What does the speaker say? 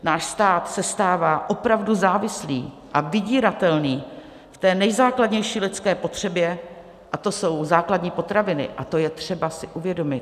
Náš stát se stává opravdu závislý a vydíratelný v té nejzákladnější lidské potřebě, a to jsou základní potraviny, a to je třeba si uvědomit.